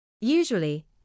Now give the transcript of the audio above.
Usually